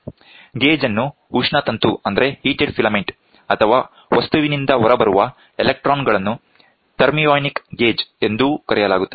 gauge ಅನ್ನು ಉಷ್ಣತಂತು ಅಥವಾ ವಸ್ತುವಿನಿಂದ ಹೊರಬರುವ ಎಲೆಕ್ಟ್ರಾನ್ ಗಳನ್ನು ಥರ್ಮಿಯೋನಿಕ್ ಗೇಜ್ ಎಂದೂ ಕರೆಯಲಾಗುತ್ತದೆ